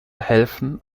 helfen